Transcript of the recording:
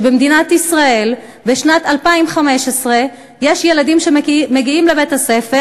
שבמדינת ישראל בשנת 2015 יש ילדים שמגיעים לבית-הספר